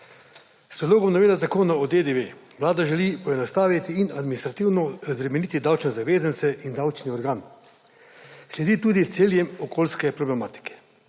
S Predlogom novele Zakona o DDV Vlada želi poenostaviti in administrativno razbremeniti davčne zavezance in davčni organ. Sledi tudi ciljem okolijske problematike.